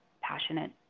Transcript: passionate